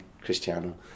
Cristiano